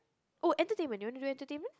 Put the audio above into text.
oh entertainment you want to do entertainment